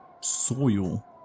soil